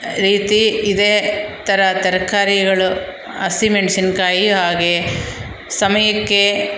ರೀತಿ ಇದೇ ಥರ ತರಕಾರಿಗಳು ಹಸಿಮೆಣ್ಸಿನ್ಕಾಯಿ ಹಾಗೆ ಸಮಯಕ್ಕೆ